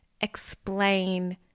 explain